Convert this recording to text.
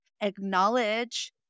acknowledge